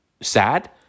sad